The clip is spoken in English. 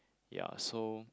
ya so